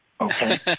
okay